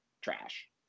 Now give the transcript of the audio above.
trash